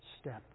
step